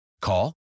Call